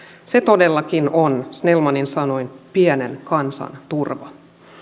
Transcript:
se todellakin on snellmanin sanoin pienen kansan turva